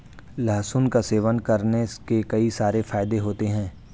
लहसुन का सेवन करने के कई सारे फायदे होते है